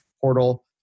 portal